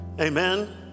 amen